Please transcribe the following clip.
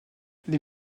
les